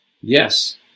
Yes